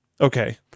Okay